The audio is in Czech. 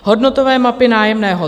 Hodnotové mapy nájemného.